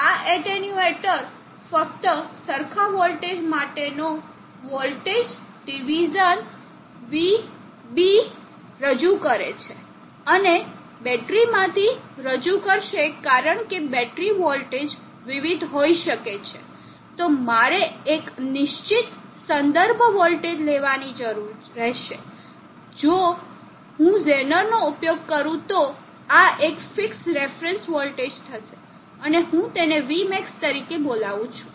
તો અહીં આ એટન્યુએટર ફક્ત સરખા વોલ્ટેજ માટેનો વોલ્ટેજ ડિવિઝન vB રજુ કરે છે અને બેટરીમાંથી રજૂ કરશે કારણ કે બેટરી વોલ્ટેજ વિવિધ હોઈ શકે છે તો મારે એક નિશ્ચિત સંદર્ભ વોલ્ટેજ લેવાની જરૂર રહેશે તો જો હું ઝેનરનો ઉપયોગ કરું તો આ એક ફિક્સ રેફરન્સ વોલ્ટેજ થશે અને હું તેને vmax તરીકે બોલવું છું